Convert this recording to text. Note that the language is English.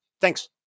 Thanks